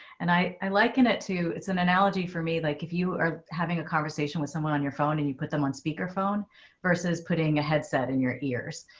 and i i liken it to it's an analogy for me, like if you are having a conversation with someone on your phone and you put them on speakerphone versus putting a headset in your ears,